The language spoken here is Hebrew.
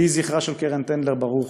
יהי זכרה של קרן טנדלר ברוך,